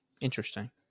Interesting